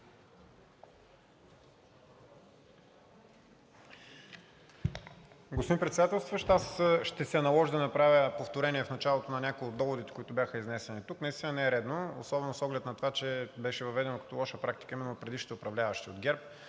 Господин Председател, аз ще се наложи да направя повторение в началото на някои от доводите, които бяха изнесени тук. Наистина не е редно, особено с оглед на това, че беше въведено като лоша практика именно от предишните управляващи от ГЕРБ